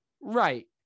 right